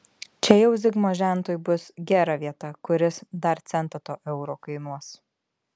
čia jau zigmo žentui bus gera vieta kuris dar centą to euro kainuos